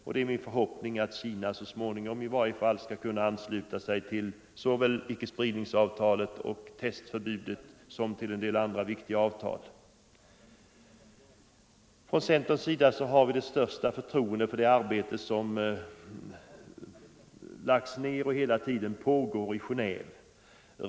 Det är också min förhoppning att Kina så småningom i varje fall skall kunna ansluta sig till såväl icke-spridningsavtalet som till testförbudet och en del andra viktiga avtal. Från centerns sida har vi det största förtroende för det arbete som lagts ner och hela tiden pågår i Genéve.